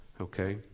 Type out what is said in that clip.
Okay